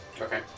Okay